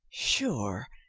sure,